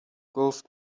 گفت